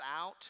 out